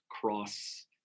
cross